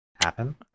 Happen